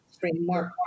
framework